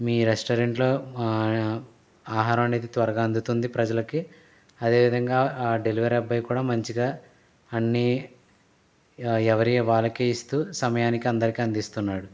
మీ రెస్టారెంట్లో ఆహారం అనేది త్వరగా అందుతుంది ప్రజలకి అదేవిధంగా ఆ డెలివరీ అబ్బాయి కూడా మంచిగా అన్ని ఎవరివి వాళ్లకే ఇస్తూ సమయానికి అందరికీ అందిస్తున్నాడు